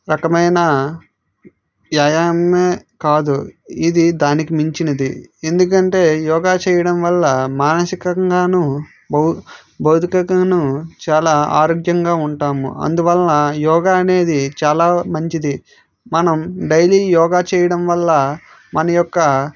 రకమైన వ్యాయామం కాదు ఇది దానికి మించినది ఎందుకంటే యోగా చేయడం వల్ల మానసికంగాను భౌతికంగాను చాలా ఆరోగ్యంగా ఉంటాము అందువల్ల యోగా అనేది చాలా మంచింది మనం డైలీ యోగా చేయడం వల్ల మన యొక్క